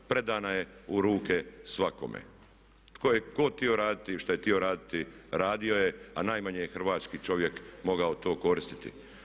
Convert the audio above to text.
Predana je u ruke svakome, tko je god htio raditi i što je htio raditi radio je, a najmanje je hrvatski čovjek mogao to koristiti.